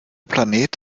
planet